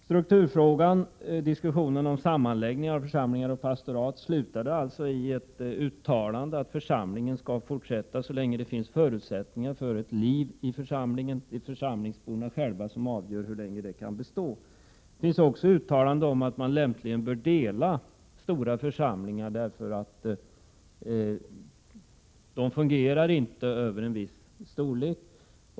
Strukturfrågan och diskussionen om sammanläggning av församlingar och pastorat slutade alltså i ett uttalande att församlingen skall fortsätta så länge det finns förutsättningar för ett liv i församlingen. Det är församlingsborna själva som avgör hur länge den kan bestå. Det finns också uttalanden om att man lämpligen bör dela stora församlingar därför att de inte fungerar över en viss storlek.